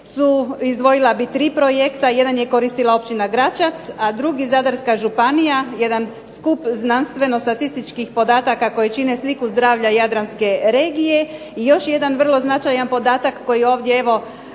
izdvojila bih tri projekta jedan je koristila općina Gračac, a drugi Zadarska županija jedan skup znanstveno statističkih podataka koje čini sliku zdravlja zadarske regije. I još jedan vrlo značajan podatak koji ovdje želim